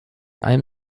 einem